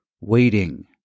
Waiting